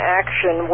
action